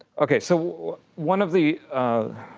okay, so one of the